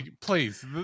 please